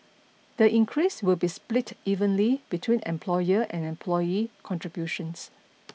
the increase will be split evenly between employer and employee contributions